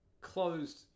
closed